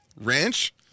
Ranch